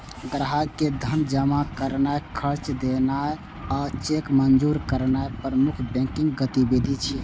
ग्राहक के धन जमा करनाय, कर्ज देनाय आ चेक मंजूर करनाय प्रमुख बैंकिंग गतिविधि छियै